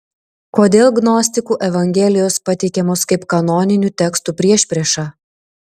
kodėl gnostikų evangelijos pateikiamos kaip kanoninių tekstų priešprieša